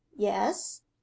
yes